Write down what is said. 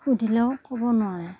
সুধিলেও ক'ব নোৱাৰে